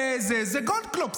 זה גולדקנופ,